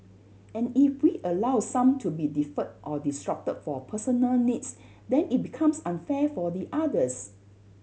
and if we allow some to be deferred or disrupted for personal needs then it becomes unfair for the others